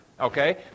Okay